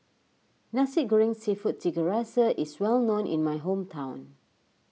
Nasi Goreng Seafood Tiga Rasa is well known in my hometown